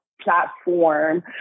platform